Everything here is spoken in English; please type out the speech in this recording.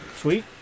Sweet